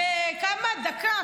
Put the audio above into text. בדקה,